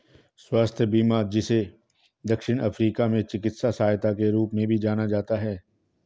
स्वास्थ्य बीमा जिसे दक्षिण अफ्रीका में चिकित्सा सहायता के रूप में भी जाना जाता है